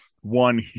one